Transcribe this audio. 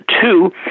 two